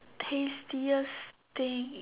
tastiest thing